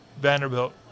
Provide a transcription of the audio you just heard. Vanderbilt